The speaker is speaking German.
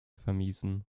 vermiesen